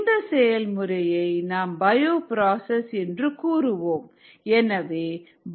இந்த செயல்முறையை நாம் பயோப்ராசஸ் என்று கூறுவோம்